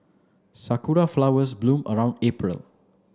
sakura flowers bloom around April